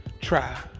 try